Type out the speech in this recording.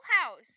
house